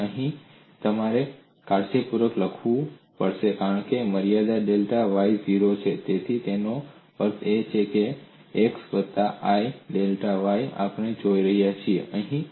તેથી અહીં તમારે આને કાળજીપૂર્વક લખવું પડશે કારણ કે મર્યાદા ડેલ્ટા Y 0 છે તેથી તેનો અર્થ એ છે કે x વત્તા i ડેલ્ટા Y આપણે જોઈ રહ્યા છીએ